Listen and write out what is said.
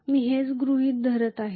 मी हेच गृहित धरत आहे